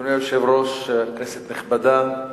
אדוני היושב-ראש, כנסת נכבדה,